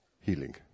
healing